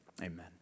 Amen